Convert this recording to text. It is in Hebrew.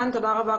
תודה רבה.